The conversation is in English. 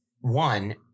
one